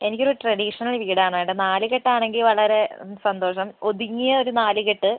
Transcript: എനിക്കൊരു ട്രഡീഷണൽ വീടാണ് വേണ്ടത് നാലുകെട്ടാണെങ്കിൽ വളരെ സന്തോഷം ഒതുങ്ങിയ ഒരു നാലുകെട്ട്